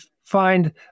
find